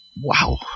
Wow